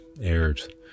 aired